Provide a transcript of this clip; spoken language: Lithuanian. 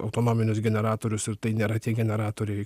autonominius generatorius ir tai nėra tie generatoriai